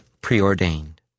preordained